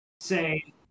say